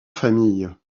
familles